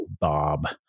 bob